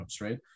right